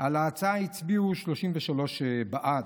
ההצעה הצביעו 33 בעד.